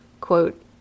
Quote